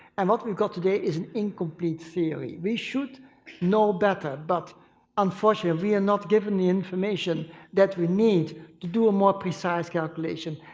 and what we got today is an incomplete theory. we should know better, but unfortunately we and not given the information that we need to do a more precise calculation.